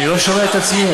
אני לא שומע את עצמי.